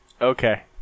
Okay